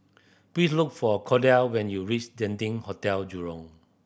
please look for Cordell when you reach Genting Hotel Jurong